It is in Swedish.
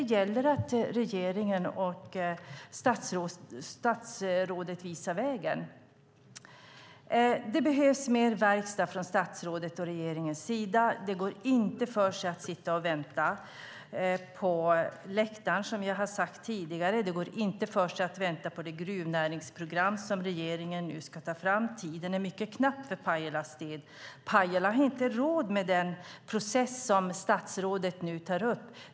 Det gäller att regeringen och statsrådet visar vägen. Det behövs mer verkstad från statsrådets och regeringens sida. Det går inte för sig att sitta och vänta på läktaren, som vi har sagt tidigare. Det går inte för sig att vänta på det gruvnäringsprogram som regeringen nu ska ta fram. Tiden är mycket knapp för Pajalas del. Pajala har inte råd med den process som statsrådet tar upp.